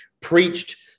preached